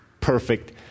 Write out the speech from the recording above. perfect